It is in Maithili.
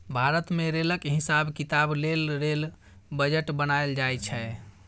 भारत मे रेलक हिसाब किताब लेल रेल बजट बनाएल जाइ छै